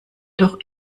doch